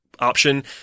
option